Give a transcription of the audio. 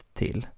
till